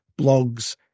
blogs